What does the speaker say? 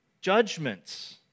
judgments